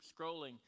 scrolling